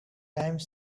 time